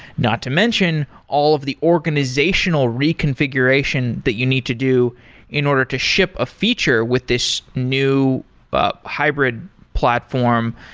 not to mention all of the organizational reconfiguration that you need to do in order to ship a feature with this new but hybrid platform.